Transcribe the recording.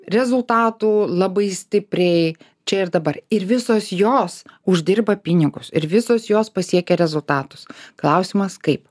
rezultatų labai stipriai čia ir dabar ir visos jos uždirba pinigus ir visos jos pasiekia rezultatus klausimas kaip